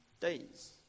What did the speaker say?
days